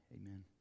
Amen